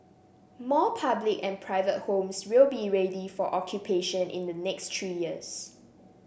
more public and private homes will be ready for occupation in the next three years